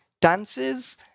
dances